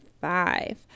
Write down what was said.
Five